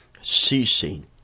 ceasing